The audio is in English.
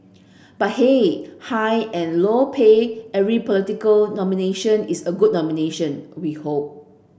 but hey high and low pay every political nomination is a good nomination we hope